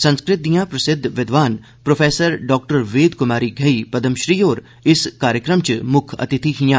संस्कृत दियां प्रसिद्ध विद्वान प्रोफैसर डाक्टर वेद कुमारी घेई पदमश्री होर इस मौके उप्पर मुक्ख अतिथि हियां